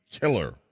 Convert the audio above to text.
killer